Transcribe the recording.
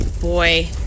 Boy